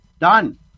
Done